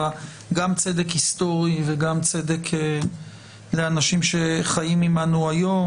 גם צדק היסטורי וגם צדק לאנשים שחיים עימנו היום,